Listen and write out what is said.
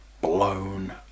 blown